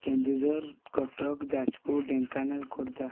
Keonjhar Cuttack Jajpur Dhenkanal Khordha